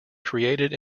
created